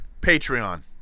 Patreon